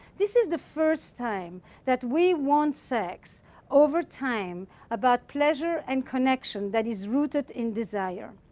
this is the first time that we want sex over time about pleasure and connection that is rooted in desire.